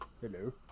Hello